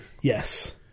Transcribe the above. yes